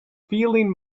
feeling